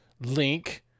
Link